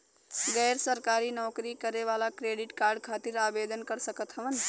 गैर सरकारी नौकरी करें वाला क्रेडिट कार्ड खातिर आवेदन कर सकत हवन?